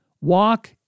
walk